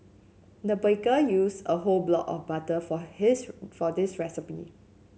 the baker used a whole block of butter for his for this recipe